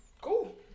Cool